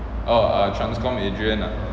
oh err TransCom adrian lah